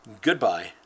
goodbye